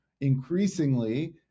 increasingly